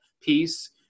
piece